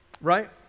right